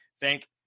Thank